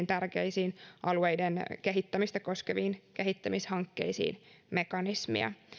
tärkeisiin alueiden kehittämistä koskeviin kehittämishankkeisiin mekanismia